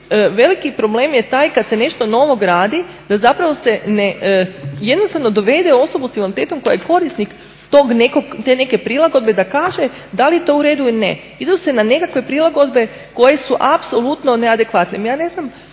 veliki problem je taj kad se nešto novo gradi da zapravo se ne, jednostavno dovede osobu sa invaliditetom koja je korisnik te neke prilagodbe da kaže da li je to u redu ili ne. Idu se na nekakve prilagodbe koje su apsolutno neadekvatne.